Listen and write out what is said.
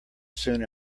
soon